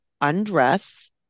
undress